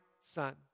son